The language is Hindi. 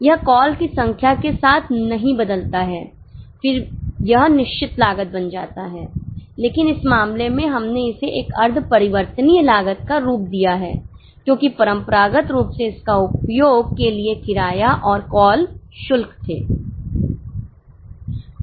यह कॉल की संख्या के साथ नहीं बदलता है फिर यह निश्चित लागत बन जाता है लेकिन इस मामले में हमने इसे एक अर्ध परिवर्तनीय लागत का रूप दिया है क्योंकि परंपरागत रूप से इसका उपयोग के लिए किराया और कॉल शुल्क थे